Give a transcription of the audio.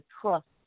trust